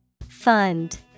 Fund